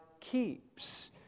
keeps